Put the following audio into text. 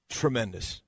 tremendous